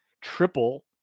triple